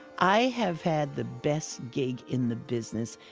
i have had the best gig in the business,